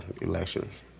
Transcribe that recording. elections